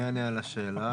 אני אענה על השאלה.